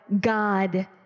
God